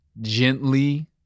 gently